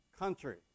country